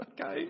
okay